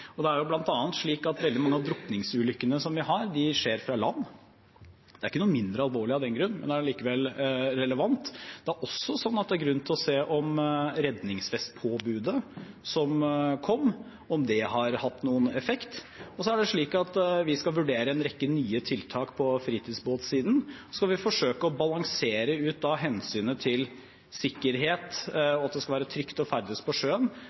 Det er jo bl.a. slik at veldig mange av de drukningsulykkene vi har, skjer fra land. Det er ikke noe mindre alvorlig av den grunn, men det er likevel relevant. Det er også grunn til å se på om redningsvestpåbudet som kom, har hatt noen effekt. Det er også slik at vi skal vurdere en rekke nye tiltak på fritidsbåtsiden. Og så skal vi samtidig forsøke å balansere hensynet til sikkerhet, at det skal være trygt å ferdes på sjøen,